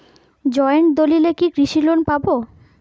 Joint দলিলে কি কৃষি লোন পাব?